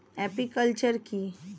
Apiculture কি?